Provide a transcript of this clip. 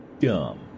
dumb